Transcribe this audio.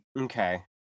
Okay